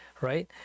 right